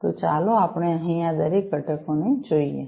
તો ચાલો આપણે અહીં આ દરેક ઘટકોને જોઈએ